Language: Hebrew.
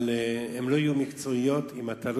אבל הן לא יהיו מקצועיות אם אתה לא